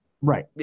right